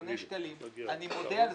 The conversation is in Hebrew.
אני אומר לך,